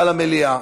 המליאה.